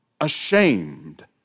ashamed